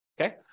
Okay